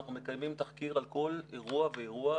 אנחנו מקיימים תחקיר על כל אירוע ואירוע,